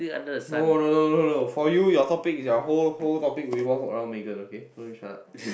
no no no no no for you your topic your whole whole topic revolve around Megan okay so you shut up